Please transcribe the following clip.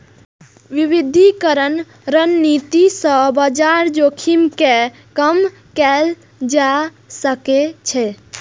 विविधीकरण रणनीति सं बाजार जोखिम कें कम कैल जा सकै छै